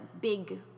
big